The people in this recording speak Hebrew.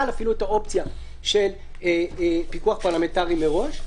אפילו את האופציה של פיקוח פרלמנטרי מראש,